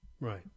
Right